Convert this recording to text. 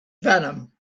venom